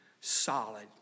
solid